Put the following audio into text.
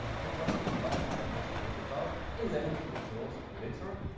hydroxy combustion temperature is about eleven kjoules kjoules per liter.